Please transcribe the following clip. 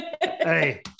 Hey